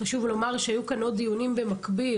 חשוב לומר שהיו כאן עוד דיונים במקביל,